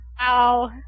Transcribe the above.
Wow